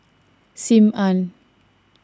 Sim Ann